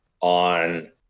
on